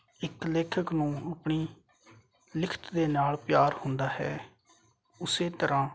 ਇੱਕ ਲੇਖਕ ਨੂੰ ਆਪਣੀ ਲਿਖਤ ਦੇ ਨਾਲ ਪਿਆਰ ਹੁੰਦਾ ਹੈ ਉਸੇ ਤਰ੍ਹਾਂ